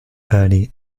ernie